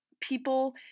People